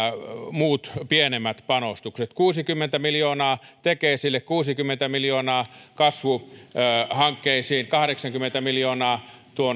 muut pienemmät panostukset kuusikymmentä miljoonaa tekesille kuusikymmentä miljoonaa kasvuhankkeisiin kahdeksankymmentä miljoonaa